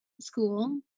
school